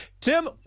Tim